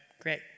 great